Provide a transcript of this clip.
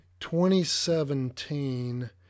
2017